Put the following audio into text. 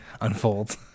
unfolds